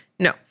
No